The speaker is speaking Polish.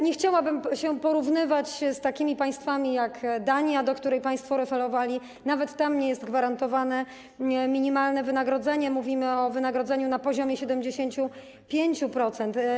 Nie chciałabym się porównywać z takimi państwami jak Dania, do której państwo się odnosili, choć nawet tam nie jest gwarantowane minimalne wynagrodzenie - mówimy o wynagrodzeniu na poziomie 75%.